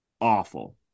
awful